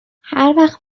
هروقت